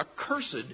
accursed